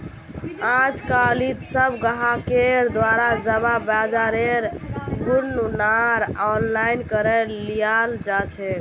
आजकालित सब ग्राहकेर द्वारा जमा ब्याजेर गणनार आनलाइन करे लियाल जा छेक